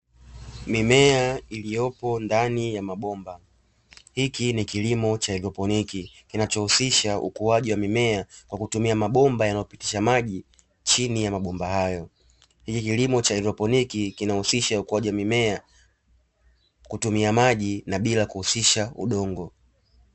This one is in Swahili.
Mimea iliyopo ndani ya mabomba, hiki ni kilimo cha haidroponi, kinachohusisha ukuaji wa mimea kwa kutumia mabomba yanayopitisha maji chini ya mabomba hayo. Hiki kilimo cha haidroponi kinahusisha mimea kutumia maji na bila kuhusisha udongo.